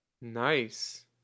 Nice